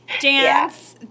dance